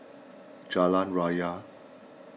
Jalan Raya